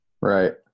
right